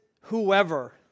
whoever